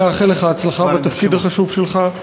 אני מנצל את ההזדמנות כדי לברך אותך ולאחל לך הצלחה בתפקיד החשוב שלך.